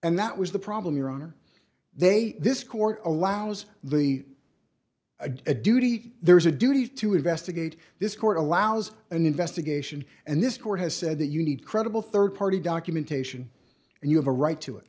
and that was the problem your honor they this court allows the a duty to there's a duty to investigate this court allows an investigation and this court has said that you need credible rd party documentation and you have a right to it